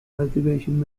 cultivation